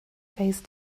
phase